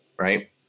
right